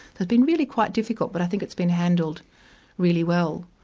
they've been really quite difficult, but i think it's been handled really well.